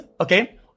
okay